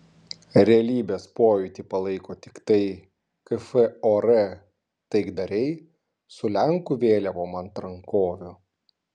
realybės pojūtį palaiko tiktai kfor taikdariai su lenkų vėliavom ant rankovių